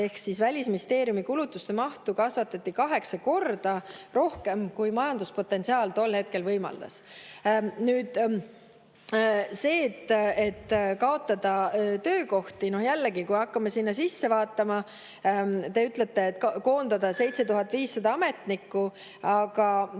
et Välisministeeriumi kulutuste mahtu kasvatati kaheksa korda rohkem, kui majanduspotentsiaal tol hetkel võimaldas. Nüüd see, et kaotada töökohti. Jällegi, hakkame sinna sisse vaatama. Te ütlete, et koondada 7500 ametnikku, aga